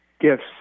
gifts